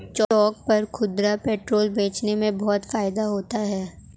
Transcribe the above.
चौक पर खुदरा पेट्रोल बेचने में बहुत फायदा होता है